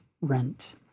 rent